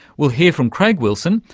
we'll hear from craig wilson,